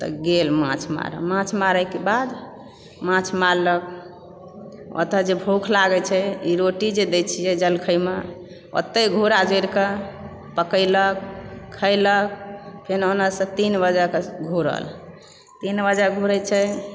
तऽ गेल माछ मारय माछ मारयके बाद माछ मारलक ओतए जे भूख लागै छै रोटी जे दय छियै जलखैमे ओतए घूरा जोड़िकऽ पकैलक खयलक फेर ओनेसँ तीन बजेकऽ घुड़ल तीन बजे घुड़य छै